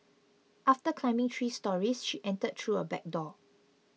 after climbing three storeys she entered through a back door